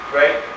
right